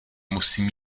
musím